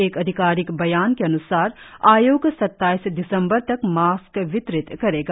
एक आधिकारिक बयान के अन्सार आयोग सत्ताइस दिसम्बर तक मास्क वितरित करेगा